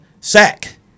sack